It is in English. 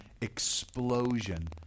explosion